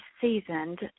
seasoned